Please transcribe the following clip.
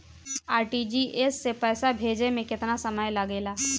RTGS से पैसा भेजे में केतना समय लगे ला?